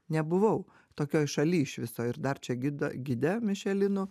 nebuvau tokioj šaly iš viso ir dar čia gido gide mišelinų